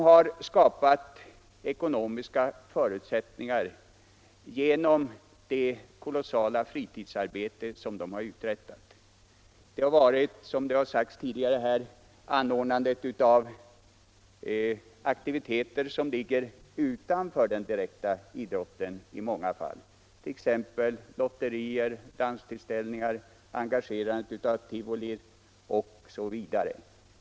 Dessa insatser har gällt — som det sagts tidigare här = anordnande av aktiviteter som ligger utanför den direkta idrotten i många fall, t.ex. lotterier, danstillställningar, engagerande av tivoli osv.